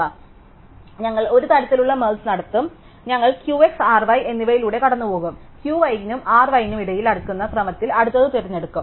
അതിനാൽ ഞങ്ങൾ ഒരു തരത്തിലുള്ള മെർജ് നടത്തും അതിനാൽ ഞങ്ങൾ Q y R y എന്നിവയിലൂടെ കടന്നുപോകും Q y നും R y നും ഇടയിൽ അടുക്കുന്ന ക്രമത്തിൽ അടുത്തത് തിരഞ്ഞെടുക്കും